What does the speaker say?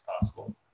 possible